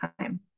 time